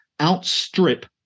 outstrip